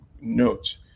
note